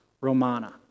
Romana